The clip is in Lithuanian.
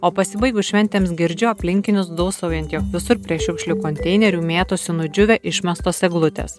o pasibaigus šventėms girdžiu aplinkinius dūsaujant jog visur prie šiukšlių konteinerių mėtosi nudžiūvę išmestos eglutės